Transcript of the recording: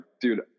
dude